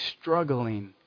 struggling